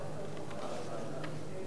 נתקבל.